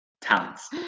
talents